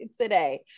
today